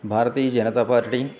Bharatiya Janata party